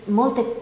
molte